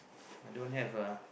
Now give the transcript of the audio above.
I don't have ah